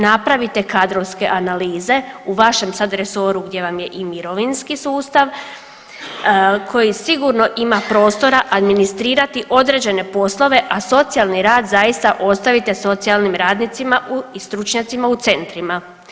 Napravite kadrovske analize u vašem sad resoru gdje vam je i mirovinski sustav koji sigurno ima prostora administrirati određene poslove, a socijalni rad zaista ostavite socijalnim radnicima i stručnjacima u centrima.